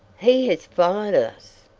he has followed us!